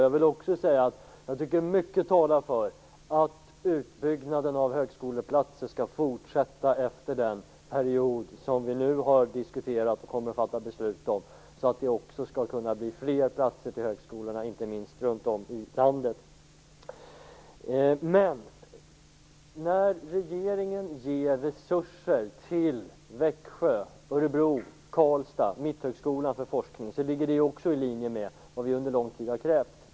Jag tycker också att mycket talar för att utbyggnaden av högskoleplatser skall fortsätta efter den period som vi nu har diskuterat och fattat beslut om, så att det skall kunna bli fler platser till högskolorna, inte minst runt om i landet. Också det förhållandet att regeringen ger resurser för forskning till högskolorna i Växjö, Örebro och Karlstad och till Mitthögskolan ligger i linje med det som vi under lång tid har krävt.